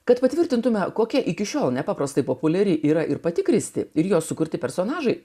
kad patvirtintumėme kokia iki šiol nepaprastai populiari yra ir pati kristė ir jos sukurti personažai